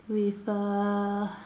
with a